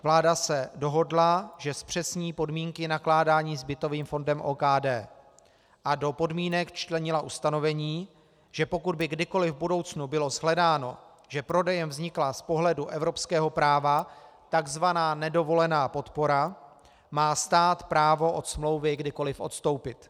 Vláda se dohodla, že zpřesní podmínky nakládání s bytovým fondem OKD, a do podmínek včlenila ustanovení, že pokud by kdykoli v budoucnu bylo shledáno, že prodejem vznikla z pohledu evropského práva takzvaná nedovolená podpora, má stát právo od smlouvy kdykoli odstoupit.